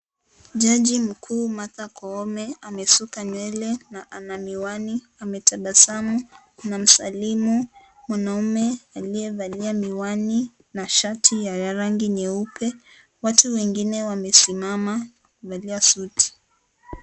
Jaji mkuu Martha Koome ameshuka nywele na ana miwani. Ametabasamu, anamsalimu mwanaume aliyevalia miwani na shati ya rangi nyeupe. Watu wengine wamesimama, wamevalia suti.